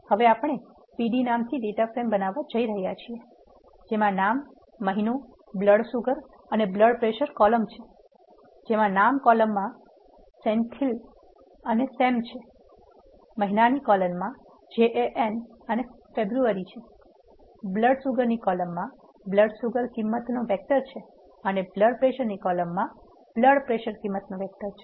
હવે આપણે pd નામથી ડેટા ફ્રેમ બનાવવા જઈ રહ્યા છીએ જેમા નામ મહિનો બ્લડ સુગર અને બ્લડ પ્રેશર કોલમ છે જેમાં નામ કોલમમાં senthil અને sam છે મહિનાની કોલમમાં jan અને February છે બ્લડ સુગર કોલમમાં બ્લડ સુગર કિંમત નો વેક્ટર છે અને બ્લડ પ્રેશર કોલમમાં બ્લડ પ્રેશર કિંમતનો વેક્ટર છે